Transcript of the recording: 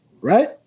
Right